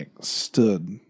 stood